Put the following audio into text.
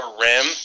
rim